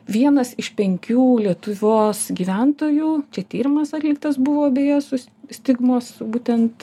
vienas iš penkių lietuvos gyventojų čia tyrimas atliktas buvo beje su stigmos būtent